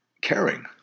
caring